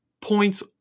points